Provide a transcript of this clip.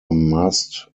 mast